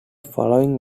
following